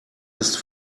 ist